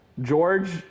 George